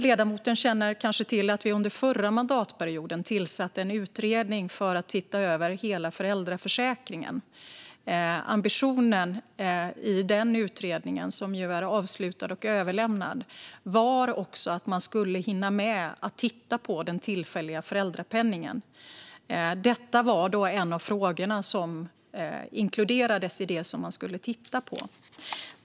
Ledamoten känner kanske till att vi under förra mandatperioden tillsatte en utredning för att titta över hela föräldraförsäkringen. Ambitionen i den utredningen - som är avslutad och överlämnad - var att man skulle hinna med att titta på den tillfälliga föräldrapenningen. Detta var en av de frågor som inkluderades i det man skulle titta på.